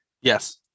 Yes